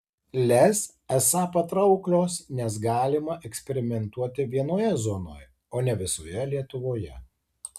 lez esą patrauklios nes galima eksperimentuoti vienoje zonoje o ne visoje lietuvoje